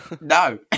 no